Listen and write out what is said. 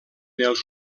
els